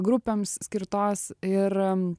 grupėms skirtos ir